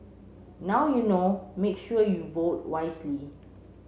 now you know make sure you vote wisely